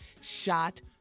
shot